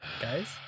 guys